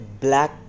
black